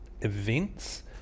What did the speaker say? events